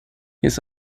his